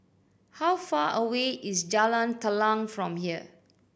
how far away is Jalan Telang from here